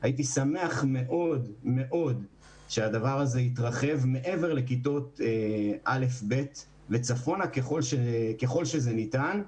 הייתי שמח מאוד מאוד שהדבר הזה יתרחב מעבר לכיתות א'-ב' ככל שזה ניתן.